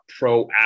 proactive